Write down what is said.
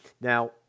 now